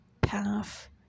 path